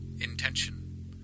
intention